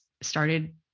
started